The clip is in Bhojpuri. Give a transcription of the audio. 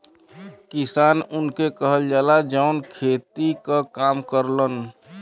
किसान उनके कहल जाला, जौन खेती क काम करलन